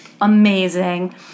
amazing